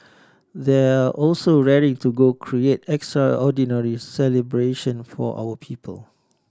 they are also raring to go create extraordinary celebration for our people